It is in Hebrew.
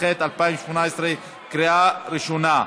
התשע"ח 2018, קריאה ראשונה.